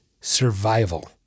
Survival